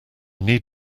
need